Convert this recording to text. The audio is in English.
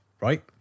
right